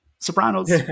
soprano's